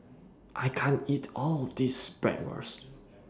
I can't eat All of This Bratwurst